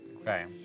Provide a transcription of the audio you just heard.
Okay